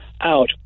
out